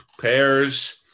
pairs